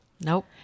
Nope